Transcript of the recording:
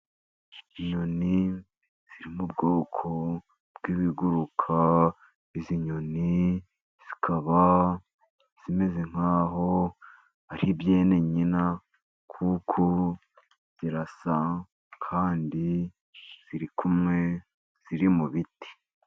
Inyoni ziri mu bwoko bw'ibiguruka. Izi nyoni zikaba zimeze nkaho ari ibyene nyina kuko zirasa, kandi ziri kumwe, ziri mu biti.